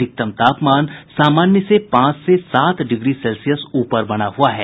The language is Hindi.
अधिकतम तापमान सामान्य से पांच से सात डिग्री सेल्सियस ऊपर बना हुआ है